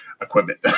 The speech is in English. equipment